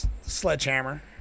Sledgehammer